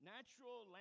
Natural